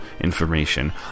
information